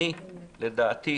לדעתי,